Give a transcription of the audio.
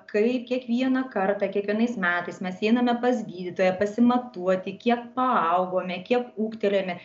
kai kiekvieną kartą kiekvienais metais mes einame pas gydytoją pasimatuoti kiek paaugome kiek ūgtelėjome